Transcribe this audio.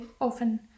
often